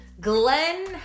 Glenn